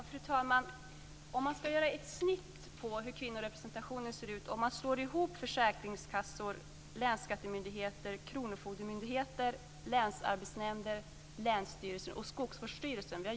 Fru talman! Vi har sammanställt statistik över kvinnorepresentationen i försäkringskassor, länsskattemyndigheter, kronofogdemyndigheter, länsarbetsnämnder, länsstyrelser och skogvårdsstyrelser.